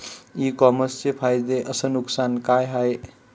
इ कामर्सचे फायदे अस नुकसान का हाये